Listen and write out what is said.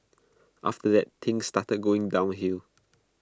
after that things started going downhill